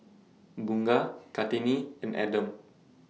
Bunga Kartini and Adam